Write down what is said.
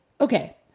okay